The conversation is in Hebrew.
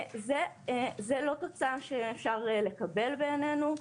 זה לא תוצאה שאפשר לקבל בעינינו.